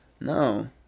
No